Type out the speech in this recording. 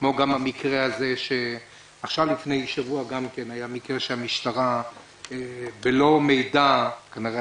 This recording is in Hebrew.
כמו גם מקרה שהיה לפני שבוע שהמשטרה בלא מידע כנראה,